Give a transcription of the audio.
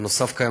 נוסף על כך,